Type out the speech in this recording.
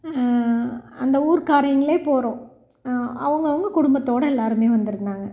அந்த ஊர்க்காரவங்களே போகறோம் அவங்க அவங்க குடும்பத்தோட எல்லாருமே வந்துருந்தாங்க